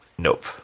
Nope